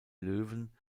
löwen